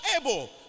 able